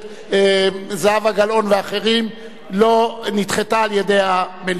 זהבה גלאון ואחרים נדחתה על-ידי המליאה.